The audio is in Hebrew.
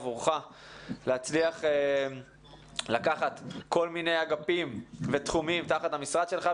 עבורך להצליח לקחת כל מיני אגפים ותחומים תחת המשרד שלך,